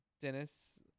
dennis